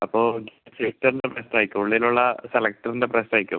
അപ്പോൾ സെലക്ടറിൻ്റെ പ്രശ്നം ആയിരിക്കും ഉള്ളിലുള്ള സെലക്ടറിൻ്റെ പ്രശ്നം ആയിരിക്കും